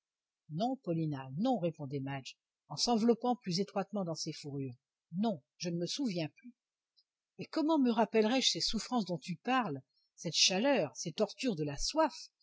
non paulina non répondait madge en s'enveloppant plus étroitement dans ses fourrures non je ne me souviens plus et comment me rappellerais je ces souffrances dont tu parles cette chaleur ces tortures de la soif